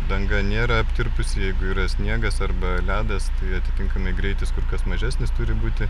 danga nėra aptirpusi jeigu yra sniegas arba ledas tai atitinkamai greitis kur kas mažesnis turi būti